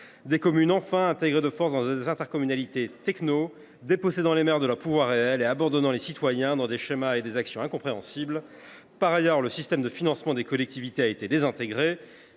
les communes, enfin, sont intégrées de force dans des intercommunalités technocratiques, dépossédant les maires de leur pouvoir réel et abandonnant les citoyens dans des schémas et des actions incompréhensibles. Par ailleurs, le système de financement des collectivités a été désintégré.